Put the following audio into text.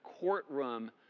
courtroom